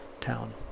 town